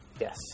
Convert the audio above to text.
Yes